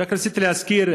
רק רציתי להזכיר,